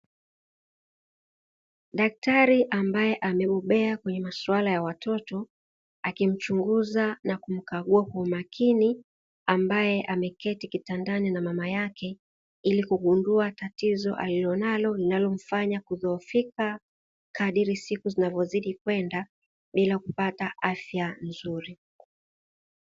Dakatari ambaye amebobea kwenye masuala ya watoto akimchunguza na kumkagua kwa makini ambaye ameketi kitandani na mama yake, ili kugundua tatizo alilonalo linalomfanya kudhoofika kadri siku zinavyozidi kwenda bila kupata afya nzuri.